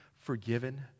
forgiven